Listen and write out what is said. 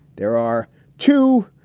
there are two,